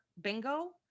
bingo